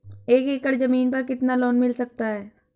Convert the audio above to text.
एक एकड़ जमीन पर कितना लोन मिल सकता है?